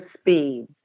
speed